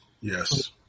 Yes